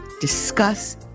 Discuss